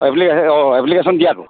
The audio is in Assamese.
এপ্লি এপ্লিকেশ্যন দিয়াটো